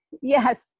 Yes